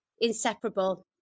inseparable